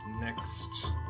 next